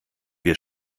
wir